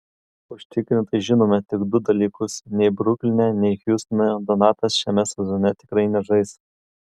užtikrintai žinome tik du dalykus nei brukline nei hjustone donatas šiame sezone tikrai nežais